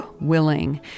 Willing